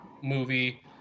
movie